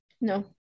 No